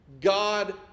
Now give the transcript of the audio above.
God